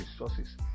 resources